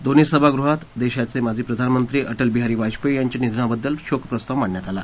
दोन्ही सभागृहात देशाचे माजी प्रधानमंत्री अटलबिहारी वाजपेयी यांच्या निधनाबद्दल शोकप्रस्ताव मांडण्यात आला